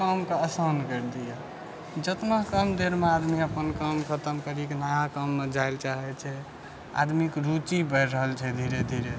कामके आसान करि दै जेतना कम देरमे आदमी अपन काम खतम करीके नया काममे जायला चाहै छै आदमीके रूचि बढ़ि रहल छै धीरे धीरे